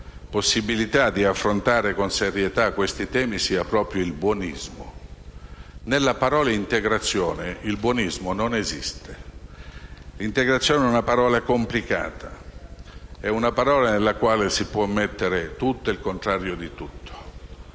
possibilità di affrontare con serietà questi temi sia proprio il buonismo. Nella parola «integrazione» il buonismo non esiste. «Integrazione» è una parola complicata, è una parola nella quale si può mettere tutto e il contrario di tutto,